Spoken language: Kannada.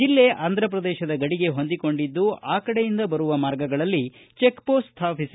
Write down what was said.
ಜಿಲ್ಲೆ ಅಂದ್ರಪ್ರದೇಶ ಗಡಿಗೆ ಹೊಂದಿಕೊಂಡಿದ್ದು ಆ ಕಡೆಯಿಂದ ಬರುವ ಮಾರ್ಗಗಳಲ್ಲಿ ಚೆಕ್ ಮೋಸ್ಟ್ ಸ್ಟಾಪಿಸಿ